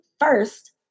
first